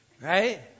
Right